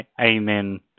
amen